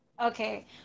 Okay